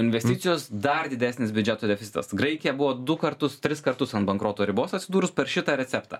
investicijos dar didesnis biudžeto deficitas graikija buvo du kartus tris kartus ant bankroto ribos atsidūrus per šitą receptą